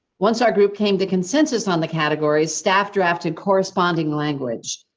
once our group came to consensus on the categories staff, drafted, corresponding language.